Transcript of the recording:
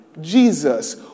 Jesus